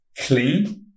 clean